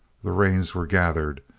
the reins were gathered,